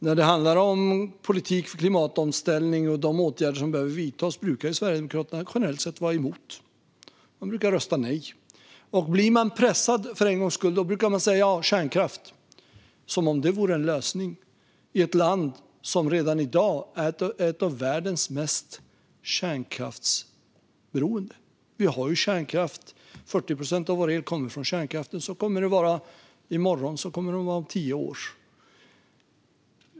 När det handlar om politik för klimatomställning och de åtgärder som behöver vidtas brukar Sverigedemokraterna generellt sett vara emot. De brukar rösta nej. Blir de för en gångs skull pressade brukar de tala om kärnkraft, som om det vore en lösning i ett land som redan i dag är ett av världens mest kärnkraftsberoende länder. Vi har kärnkraft. 40 procent av vår el kommer från kärnkraften. Så kommer det att vara i morgon. Så kommer det att vara om tio år.